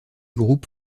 groupe